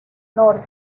norte